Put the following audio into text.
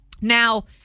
Now